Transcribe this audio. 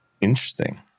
Interesting